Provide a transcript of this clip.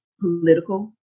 political